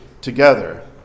together